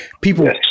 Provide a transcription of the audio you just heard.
People